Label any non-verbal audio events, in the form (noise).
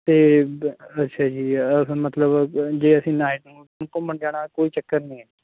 ਅਤੇ (unintelligible) ਅੱਛਾ ਜੀ (unintelligible) ਆਹ ਫੇਰ ਮਤਲਬ (unintelligible) ਜੇ ਅਸੀਂ ਨਾਈਟ ਨੁਈਟ ਨੂੰ ਘੁੰਮਣ ਜਾਣਾ ਕੋਈ ਚੱਕਰ ਨਹੀਂ ਹੈ